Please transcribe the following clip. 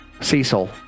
Cecil